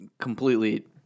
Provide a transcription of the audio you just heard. completely